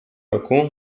roku